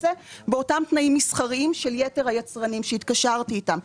זה באותם תנאים מסחריים של יתר היצרנים שהתקשרתי איתם.